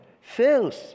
fails